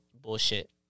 Bullshit